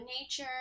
nature